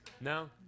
No